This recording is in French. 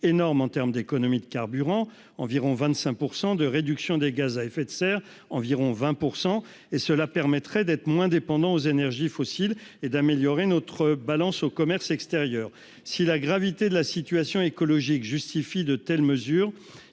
énorme en termes d'économies de carburant- d'environ 20 %- et de réduction des gaz à effet de serre- d'environ 25 %. Elle nous permettrait, en outre, d'être moins dépendants aux énergies fossiles et d'améliorer notre balance au commerce extérieur. La gravité de la situation écologique justifie de telles mesures,